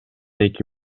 эки